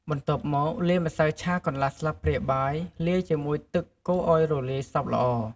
បន្ទាប់មកលាយម្សៅឆាកន្លះស្លាបព្រាបាយលាយជាមួយទឹកកូរអោយរលាយសព្វល្អ។